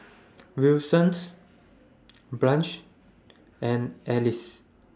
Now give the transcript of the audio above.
Wilson Branch and Alys